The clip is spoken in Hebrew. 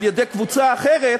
על-ידי קבוצה אחרת,